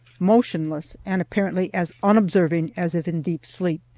motionless, and apparently as unobserving as if in deep sleep.